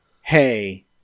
hey